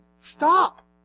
stop